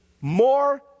more